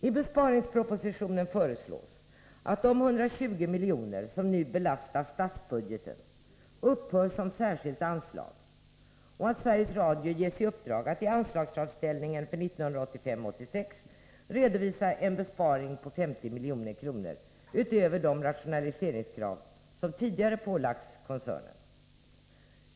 I besparingspropositionen föreslås att de 120 miljoner som nu belastar statsbudgeten upphör som särskilt anslag och att Sveriges Radio ges i uppdrag att i anslagsframställningen för 1985/86 redovisa en besparing på 50 milj.kr. utöver de rationaliseringskrav som tidigare ålagts koncernen.